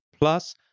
plus